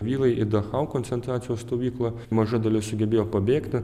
vyrai į dachau koncentracijos stovyklą maža dalis sugebėjo pabėgti